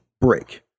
break